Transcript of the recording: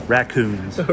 Raccoons